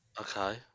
Okay